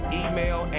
email